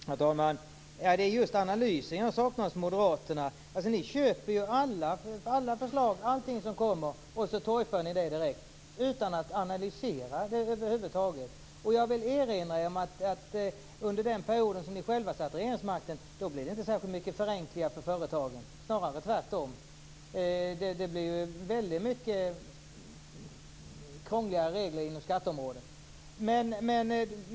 Herr talman! Det är just analysen jag saknar hos er moderater. Ni köper ju alla förslag som kommer och torgför dem direkt, utan att analysera dem över huvud taget. Jag vill erinra om att det under den period som ni själva satt vid regeringsmakten inte blev särskilt mycket förenklingar för företagen - snarare tvärtom. Det blev väldigt mycket krångliga regler inom skatteområdet.